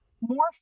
More